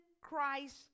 Christ